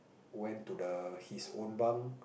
went to the his own bunk